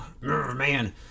man